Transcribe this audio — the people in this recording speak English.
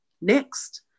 next